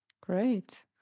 Great